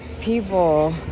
people